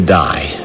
die